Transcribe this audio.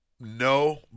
no